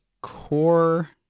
core